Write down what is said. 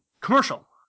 commercial